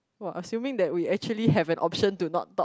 !woah! assuming that we actually have an option to not talk